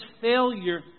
failure